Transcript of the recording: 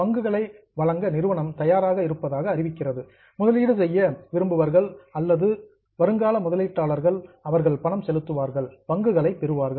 பங்குகளை வழங்க நிறுவனம் தயாராக இருப்பதாக அறிவிக்கிறது முதலீடு செய்ய விரும்புபவர்கள் அல்லது புரோஸ்பெக்டிவ் இன்வெஸ்டர்ஸ் வருங்கால முதலீட்டாளர்கள் அவர்கள் பணம் செலுத்துவார்கள் பங்குகளை பெறுவார்கள்